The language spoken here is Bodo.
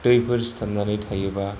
दैफोर सिथाबनानै थायोब्ला